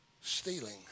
stealing